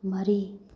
ꯃꯔꯤ